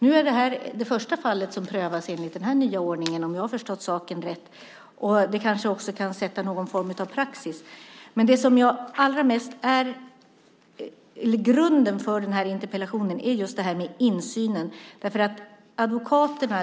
Nu är det här det första fallet som prövas enligt den nya ordningen, om jag har förstått saken rätt. Det kan kanske också sätta någon form av praxis. Men grunden för den här interpellationen är just detta med insynen.